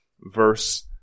verse